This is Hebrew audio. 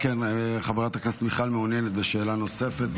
חברת הכנסת מיכל מעוניינת בשאלה נוספת.